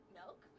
milk